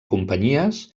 companyies